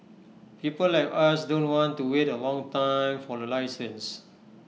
people like us don't want to wait A long time for A license